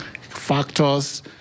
factors